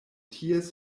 ties